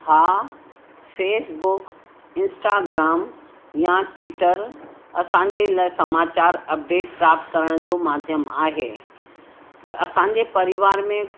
हा Facebook Instagram या Twitter असांजे लाइ समाचार अपडेट प्राप्त करण जो माध्यम आहे पर असांजे परिवार में